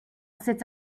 sits